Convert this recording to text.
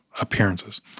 appearances